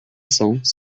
cents